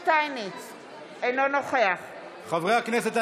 אינו נוכח חברי הכנסת,